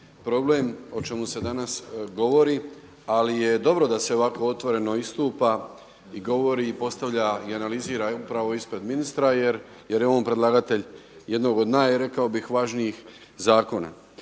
problem o čemu se danas govori ali je dobro da se ovako otvoreno istupa i govori i postavlja i analizira upravo ispred ministra jer je on predlagatelj jednog od rekao bih najvažnijih zakona.